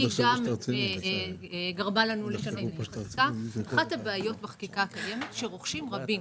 רק עוד נקודה אחת הבעיות בחקיקה הקיימת היא שרוכשים רבים,